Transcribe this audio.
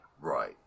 Right